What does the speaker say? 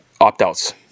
Opt-outs